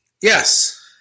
Yes